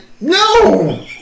no